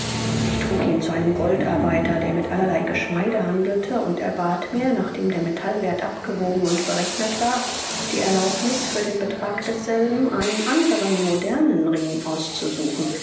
ich trug ihn zu einem goldarbeiter der mit allerlei geschmeide handelte und erbat mir nachdem der metallwerth abgewogen und berechnet war die erlaubniß für den betrag desselben einen anderen modernen ring auszusuchen